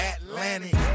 Atlantic